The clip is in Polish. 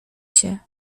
się